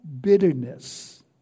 bitterness